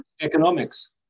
economics